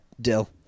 Dill